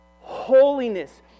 holiness